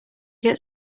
get